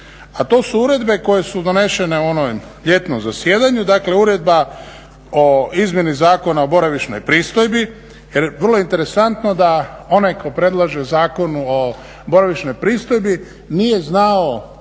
a to su uredbe koje su donesene u onom ljetnom zasjedanju, dakle uredba o izmjeni Zakona o boravišnoj pristojbi jer je vrlo interesantno da onaj tko predlaže Zakon o boravišnoj pristojbi nije znao